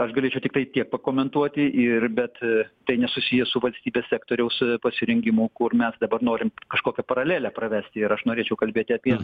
aš galėčiau tiktai tiek pakomentuoti ir bet tai nesusiję su valstybės sektoriaus pasirengimu kur mes dabar norim kažkokią paralelę pravest ir aš norėčiau kalbėti apie